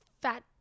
fat